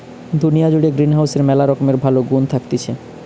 দুনিয়া জুড়ে গ্রিনহাউসের ম্যালা রকমের ভালো গুন্ থাকতিছে